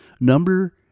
Number